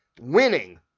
winning